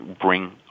bring